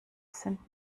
sind